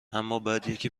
امابعدیکی